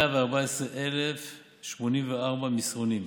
כלל 114,084 מסרונים.